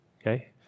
Okay